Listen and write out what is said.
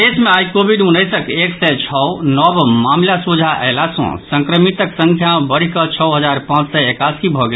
प्रदेश मे आइ कोविड उन्नैसक एक सय छओ नव मामिला सोझा अयला सँ संक्रमितक संख्या बढ़ि कऽ छओ हजार पांच सय एकासी भऽ गेल